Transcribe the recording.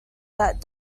that